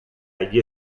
agli